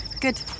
Good